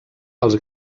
els